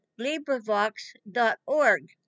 LibriVox.org